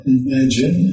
imagine